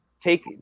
Take